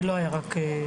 זה לא היה רק במדיה.